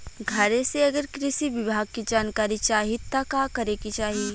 घरे से अगर कृषि विभाग के जानकारी चाहीत का करे के चाही?